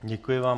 Děkuji vám.